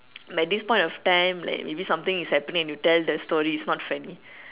but this point of time maybe something is happening and you tell the story and it's not funny